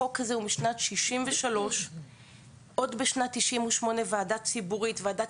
החוק הזה הוא משנת 1963. עוד בשנת 1998 ועדה ציבורית ועדת